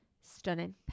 Stunning